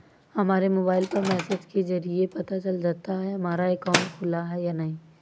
हमारे मोबाइल पर मैसेज के जरिये पता चल जाता है हमारा अकाउंट खुला है या नहीं